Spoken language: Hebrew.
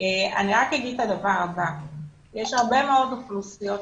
אני רק אגיד שיש הרבה מאוד אוכלוסיות קצה,